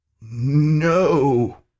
No